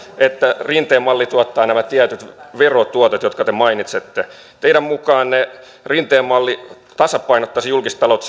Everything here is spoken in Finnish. että rinteen malli tuottaa nämä tietyt verotuotot jotka te mainitsette teidän mukaanne rinteen malli tasapainottaisi julkistaloutta